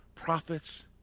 prophets